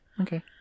okay